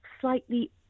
slightly